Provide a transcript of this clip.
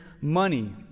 money